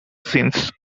since